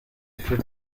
phil